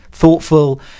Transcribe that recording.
Thoughtful